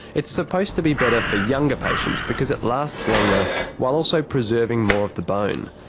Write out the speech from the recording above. it's supposed to be better for younger patients because it lasts longer while also preserving more of the bone.